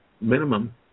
minimum